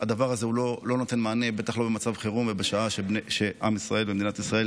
לא רק חברות הכנסת או מי שזה בתוך העניין המגדרי.